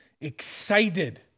excited